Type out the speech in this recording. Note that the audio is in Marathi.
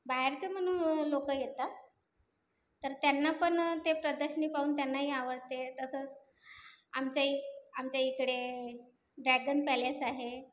बाहेरचे म्हणून लोकं येतात तर त्याना पण ते प्रदर्शनी पाहून त्यानाही आवडते तसंच आमचाही आमचा इकडे ड्रॅगन पॅलेस आहे